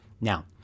Now